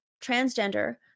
transgender